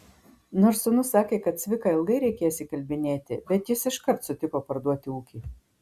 nors sūnus sakė kad cviką ilgai reikės įkalbinėti bet jis iškart sutiko parduoti ūkį